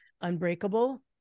Unbreakable